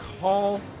call